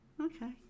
Okay